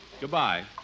goodbye